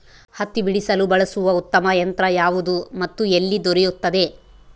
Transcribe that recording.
ಹತ್ತಿ ಬಿಡಿಸಲು ಬಳಸುವ ಉತ್ತಮ ಯಂತ್ರ ಯಾವುದು ಮತ್ತು ಎಲ್ಲಿ ದೊರೆಯುತ್ತದೆ?